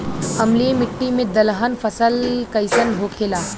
अम्लीय मिट्टी मे दलहन फसल कइसन होखेला?